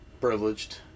privileged